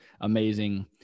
amazing